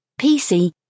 PC